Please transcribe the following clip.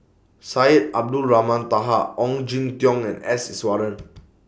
Syed Abdulrahman Taha Ong Jin Teong and S Iswaran